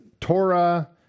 Torah